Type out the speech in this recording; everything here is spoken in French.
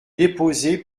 déposé